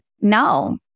no